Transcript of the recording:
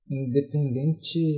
independente